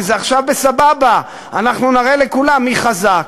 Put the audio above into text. כי זה עכשיו בסבבה: אנחנו נראה לכולם מי חזק.